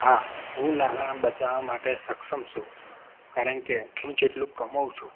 હા હું નાણાં બચાવવા માટે સક્ષમ છું કારણ કે હું જેટલું કમાઉં છું